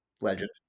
legend